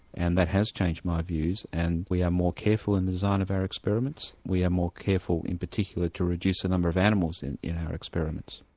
and that has changed my views and we are more careful in the design of our experiments, we are more careful in particular to reduce the number of in in our experiments.